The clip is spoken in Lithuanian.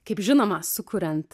kaip žinoma sukuriant